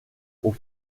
aux